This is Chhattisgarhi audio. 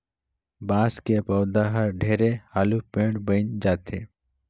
बांस के पउधा हर ढेरे हालू पेड़ बइन जाथे